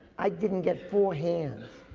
i didn't get four hands.